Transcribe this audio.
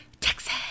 Texas